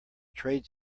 trade